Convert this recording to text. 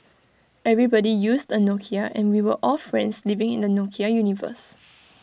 everybody used A Nokia and we were all friends living in the Nokia universe